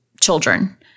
children